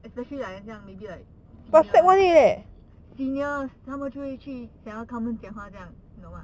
especially like 很像 maybe like seniors seniors 他们就会去像根他们讲话这样你懂嘛